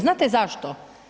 Znate zašto?